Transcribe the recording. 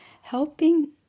helping